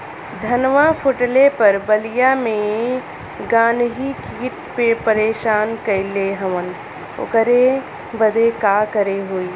धनवा फूटले पर बलिया में गान्ही कीट परेशान कइले हवन ओकरे बदे का करे होई?